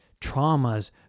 traumas